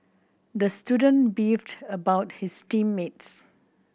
the student beefed about his team mates